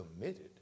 committed